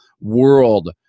world